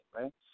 right